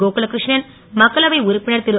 கோகுலகிரு ணன் மக்களவை உறுப்பினர் ரு